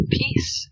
peace